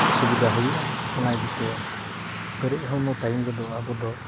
ᱚᱥᱩᱵᱤᱫᱷᱟ ᱦᱩᱭᱩᱜᱼᱟ ᱚᱱᱟ ᱤᱫᱤᱛᱮ ᱯᱮᱨᱮᱡ ᱦᱚᱲᱢᱚ ᱴᱟᱭᱤᱢ ᱨᱮᱫᱚ ᱟᱵᱚ ᱫᱚ